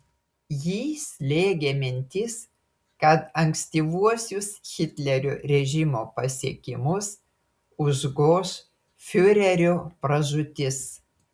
jį slėgė mintis kad ankstyvuosius hitlerio režimo pasiekimus užgoš fiurerio pražūtis